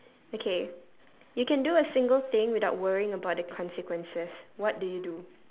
okay you can do a single thing without worrying about the consequences what do you do